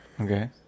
Okay